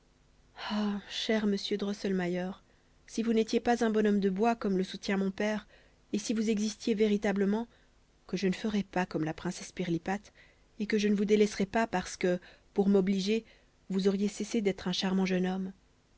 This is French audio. cher monsieur drosselmayer si vous n'étiez pas un bonhomme de bois comme le soutient mon père et si vous existiez véritablement que je ne ferais pas comme la princesse pirlipate et que je ne vous délaisserais pas parce que pour m'obliger vous auriez cessé d'être un charmant jeune homme